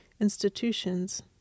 institutions